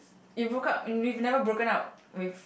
you broke up you never broken up with